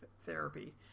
therapy